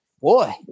Boy